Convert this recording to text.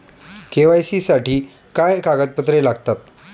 KYC साठी काय कागदपत्रे लागतात?